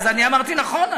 אז אני אמרתי: נכון,